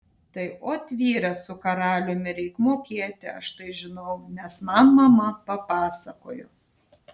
tai ot vyre su karaliumi reik mokėti aš tai žinau nes man mama papasakojo